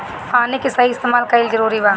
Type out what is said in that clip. पानी के सही इस्तेमाल कइल जरूरी बा